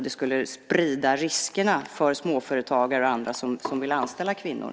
Det skulle sprida riskerna för småföretagare och andra som vill anställa kvinnor.